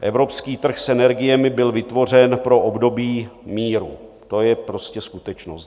Evropský trh s energiemi byl vytvořen pro období míru, to je prostě skutečnost.